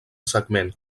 segment